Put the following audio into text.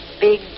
big